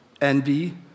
envy